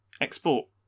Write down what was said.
export